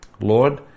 Lord